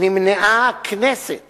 נמנעה הכנסת